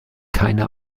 keine